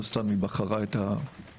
לא סתם היא בחרה להיות מיילדת.